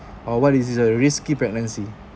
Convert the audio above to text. or what it is a risky pregnancy